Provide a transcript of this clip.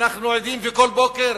אנחנו עדים, וכל בוקר,